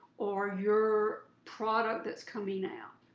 or your product that's coming out.